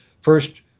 first